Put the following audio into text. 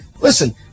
listen